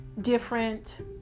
different